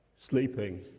sleeping